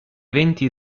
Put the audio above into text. venti